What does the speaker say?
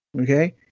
Okay